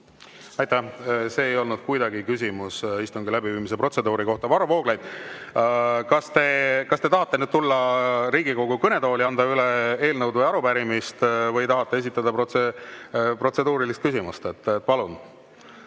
Aitäh! See ei olnud kuidagi küsimus istungi läbiviimise protseduuri kohta. Varro Vooglaid, kas te tahate nüüd tulla Riigikogu kõnetooli, et anda üle eelnõu või arupärimist, või tahate esitada protseduurilist küsimust? Ma